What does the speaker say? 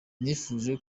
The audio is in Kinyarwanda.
nifuje